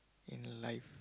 in life